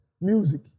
Music